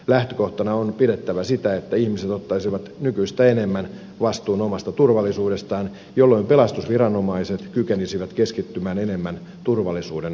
lähtökohtana on pidettävä sitä että ihmiset ottaisivat nykyistä enemmän vastuun omasta turvallisuudestaan jolloin pelastusviranomaiset kykenisivät keskittymään enemmän turvallisuuden ohjaamiseen